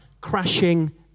crashing